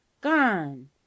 Gone